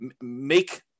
make